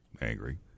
angry